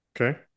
Okay